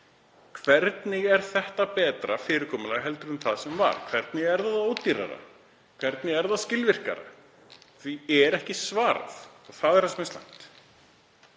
Hvernig er þetta betra fyrirkomulag en það sem var? Hvernig er það ódýrara? Hvernig er það skilvirkara? Því er ekki svarað. Það er það sem er slæmt.